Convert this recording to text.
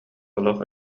олох